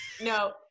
No